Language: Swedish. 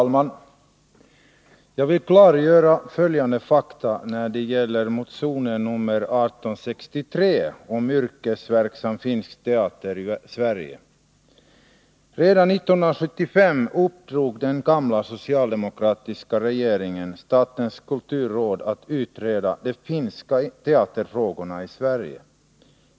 Herr talman! Jag vill klargöra följande fakta när det gäller motion 1863 om yrkesverksam finsk teater i Sverige. Redan 1975 uppdrog den gamla socialdemokratiska regeringen åt statens kulturråd att utreda ”de finska teaterfrågorna i Sverige”.